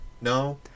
No